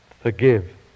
forgive